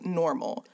normal